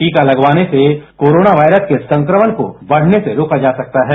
टीका लगवाने से कोरोना वॉयरस के संक्रमण को बढ़ने से रोका जा सकता है